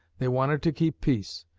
they wanted to keep peace.